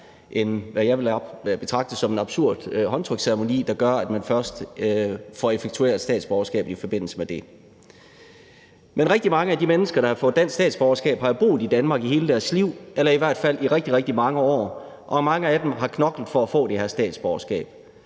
jeg vil betragte som en absurd håndtryksceremoni, hvor statsborgerskabet i den forbindelse effektueres. Men rigtig mange af de mennesker, der har fået dansk statsborgerskab, har jo boet i Danmark i hele deres liv eller i hvert fald i rigtig, rigtig mange år, og mange af dem har knoklet for at få det her statsborgerskab.